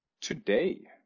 today